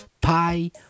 Pie